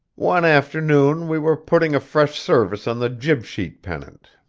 one afternoon we were putting a fresh service on the jib-sheet-pennant.